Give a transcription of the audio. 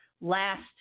last